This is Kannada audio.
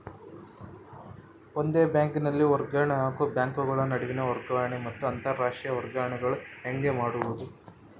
ಒಂದೇ ಬ್ಯಾಂಕಿನಲ್ಲಿ ವರ್ಗಾವಣೆ ಹಾಗೂ ಬ್ಯಾಂಕುಗಳ ನಡುವಿನ ವರ್ಗಾವಣೆ ಮತ್ತು ಅಂತರಾಷ್ಟೇಯ ವರ್ಗಾವಣೆಗಳು ಹೇಗೆ ಮಾಡುವುದು?